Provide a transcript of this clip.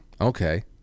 Okay